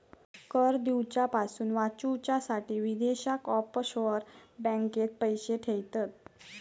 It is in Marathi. कर दिवच्यापासून वाचूच्यासाठी विदेशात ऑफशोअर बँकेत पैशे ठेयतत